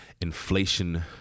inflation